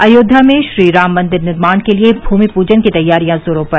अयोध्या में श्रीराम मंदिर निर्माण के लिए भूमि प्जन की तैयारियां जोरों पर